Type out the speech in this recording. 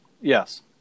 Yes